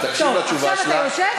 אז תקשיב לתשובה שלה.